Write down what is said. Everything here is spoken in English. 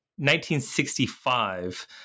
1965